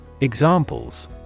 Examples